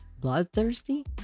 Bloodthirsty